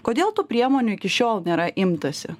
kodėl tų priemonių iki šiol nėra imtasi